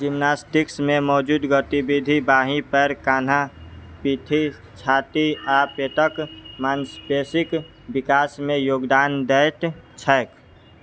जिमनास्टिक्समे मौजूद गतिविधि बाहिँ पैर कान्हा पिठी छाती आ पेटक मांसपेशीक विकासमे योगदान दैत छैक